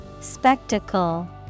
Spectacle